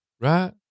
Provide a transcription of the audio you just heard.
right